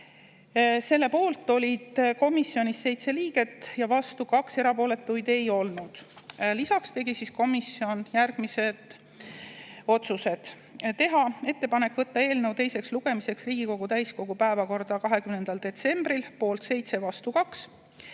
Selle poolt oli komisjonis 7 liiget ja vastu 2, erapooletuid ei olnud. Lisaks tegi komisjon järgmised otsused. Otsustati teha ettepanek võtta eelnõu teiseks lugemiseks Riigikogu täiskogu päevakorda 20. detsembril, poolt 7, vastu 2;